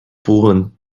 pulen